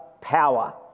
power